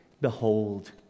Behold